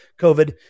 COVID